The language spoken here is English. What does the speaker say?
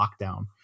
lockdown